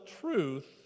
truth